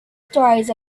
stories